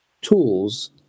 tools